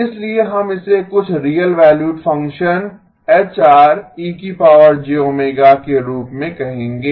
इसलिए हम इसे कुछ real valued function HR e jω के रूप में कहेंगे